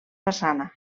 façana